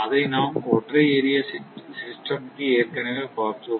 இதை நாம் ஒற்றை ஏரியா சிஸ்டம் க்கு ஏற்கனவே பார்த்தோம்